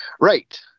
right